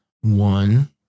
one